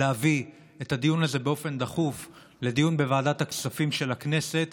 להביא את הנושא הזה באופן דחוף לדיון בוועדת הכספים של הכנסת,